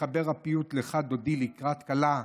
מחבר הפיוט "לכה דודי לקראת כלה",